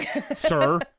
sir